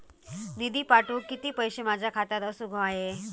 निधी पाठवुक किती पैशे माझ्या खात्यात असुक व्हाये?